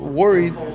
worried